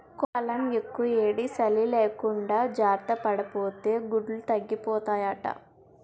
కోళ్లఫాంలో యెక్కుయేడీ, సలీ లేకుండా జార్తపడాపోతే గుడ్లు తగ్గిపోతాయట